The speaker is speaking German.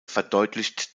verdeutlicht